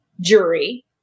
jury